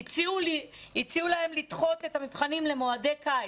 הציעו להם לדחות את המבחנים למועדי קיץ.